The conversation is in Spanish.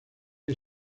que